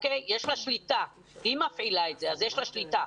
היא מפעילה את זה, אז יש לה שליטה.